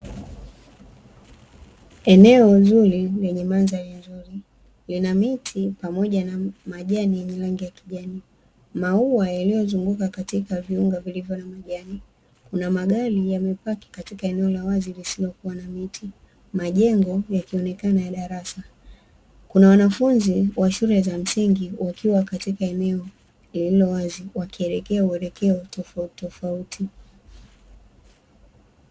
Eneo zuri lenye mandhari nzuri lina miti pamoja na majani yenye rangi ya kijani. Maua yanayozunguka katika viunga vilivyo na majani. Kuna magari yamepaki katika eneo la wazi lisilokuwa na miti. Majengo yakiangaza ya darasa. Kuna wanafunzi wa shule za msingi wakiwa katika eneo lile la wazi, wakielekea uelekeo tofauti tofauti.